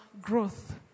growth